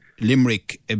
Limerick